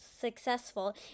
successful